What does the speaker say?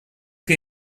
que